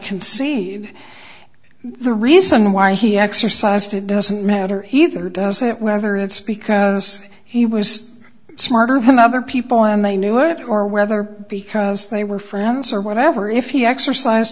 concede the reason why he exercised it doesn't matter either does it whether it's because he was smarter than other people and they knew or not or whether because they were friends or whatever if he control exercised